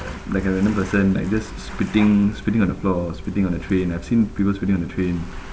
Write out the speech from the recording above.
like a random person like just spitting spitting on the floor spitting on the train I've seen people spitting on the train